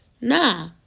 nah